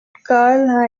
carl